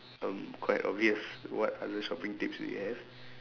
um quite obvious what other shopping tips that you have